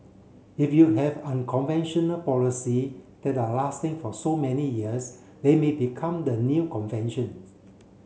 if you have unconventional policy that are lasting for so many years they may become the new conventions